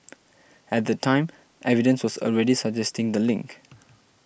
at the time evidence was already suggesting the link